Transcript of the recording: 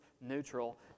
neutral